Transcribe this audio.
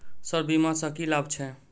Sir बीमा सँ की लाभ छैय?